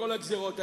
לכל הגזירות האלה.